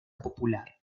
popular